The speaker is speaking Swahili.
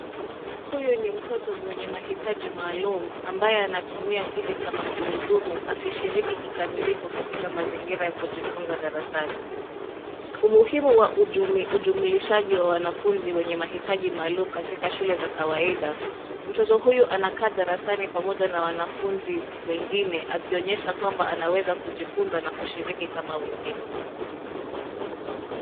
Huyu ni mtoto mwenye mahitaji maalum ambaye anatumia kiti cha magurudumu akishiriki kikamilifu katika mazingira ya kujifunza darasani. Umuhimu wa ujumlishaji wa wanafunzi wenye mahitaji maalum katika shule za kawaida, mtoto huyu anakaa darasani pamoja na wanafunzi wengine akionyesha kwamba anaweza kujifunza na kushiriki kama wengine.